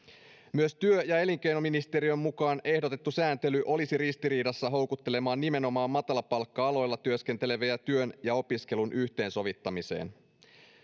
myös työ ja elinkeinoministeriön mukaan ehdotettu sääntely olisi ristiriidassa houkuttelemaan nimenomaan matalapalkka aloilla työskenteleviä työn ja opiskelun yhteensovittamiseen